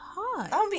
hot